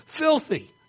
filthy